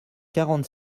quarante